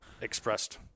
expressed